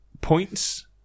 points